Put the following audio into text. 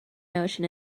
notion